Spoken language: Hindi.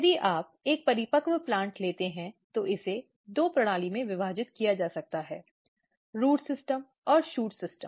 यदि आप एक परिपक्व प्लांट लेते हैं तो इसे दो प्रणाली में विभाजित किया जा सकता है रूट सिस्टम और शूट सिस्टम